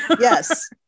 yes